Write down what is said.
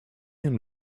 and